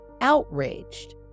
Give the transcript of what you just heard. outraged